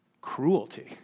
cruelty